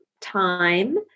time